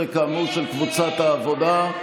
13, כאמור, של קבוצת העבודה.